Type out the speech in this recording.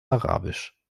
arabisch